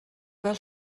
fel